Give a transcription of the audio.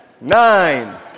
Nine